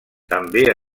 també